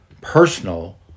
personal